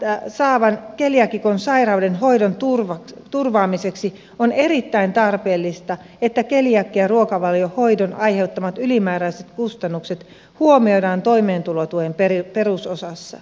toimeentulotukea saavan keliaakikon sairauden hoidon turvaamiseksi on erittäin tarpeellista että keliakiaruokavaliohoidon aiheuttamat ylimääräiset kustannukset huomioidaan toimeentulotuen perusosassa